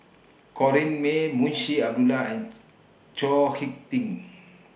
Corrinne May Munshi Abdullah and Chao Hick Tin